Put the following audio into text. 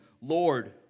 Lord